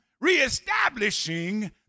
reestablishing